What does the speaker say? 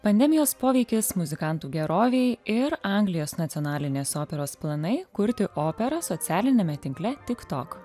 pandemijos poveikis muzikantų gerovei ir anglijos nacionalinės operos planai kurti operą socialiniame tinkle tik tok